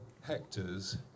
hectares